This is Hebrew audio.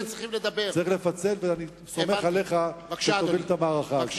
ואני סומך עליך שתוביל את המערכה הזאת.